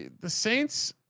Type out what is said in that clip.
the saints,